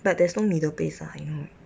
but there's no middle place lah you know